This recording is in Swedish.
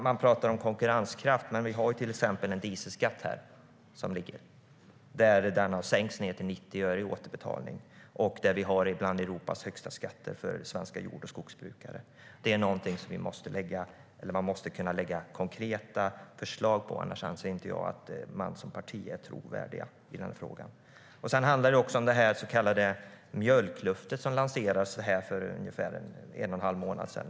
Man pratar om konkurrenskraft, men det ligger ett förslag om en dieselskatt. Återbetalningen ska sänkas till 90 öre. Vi har bland Europas högsta skatter för svenska jord och skogsbrukare. Det måste man kunna lägga konkreta förslag om. Annars är man som parti inte trovärdig i den frågan. Sedan har vi det så kallade mjölklöftet, som lanserades för ungefär en och en halv månad sedan.